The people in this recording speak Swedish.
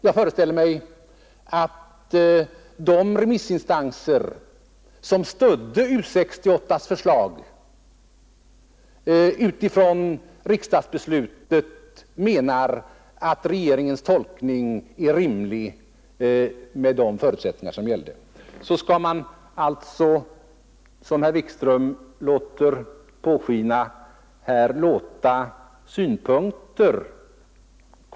Jag föreställer mig också att de remissinstanser som stödde U 68:s förslag menar att regeringens tolkning är rimlig med de förutsättningar som gällde.